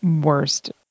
worst